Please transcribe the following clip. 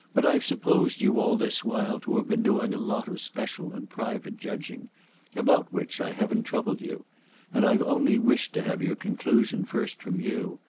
but i've supposed you all this while to have been doing a lot of special and private judging about which i haven't troubled you and i've only wished to have your conclusion first from you.